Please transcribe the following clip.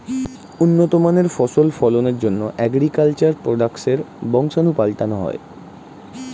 উন্নত মানের ফসল ফলনের জন্যে অ্যাগ্রিকালচার প্রোডাক্টসের বংশাণু পাল্টানো হয়